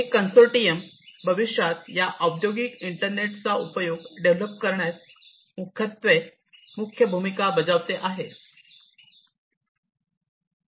हे कन्सोर्टियम भविष्यात या औद्योगिक इंटरनेटचा उपयोग डेव्हलप करण्यास मुख्यत्वे मुख्य भूमिका बजावते आहे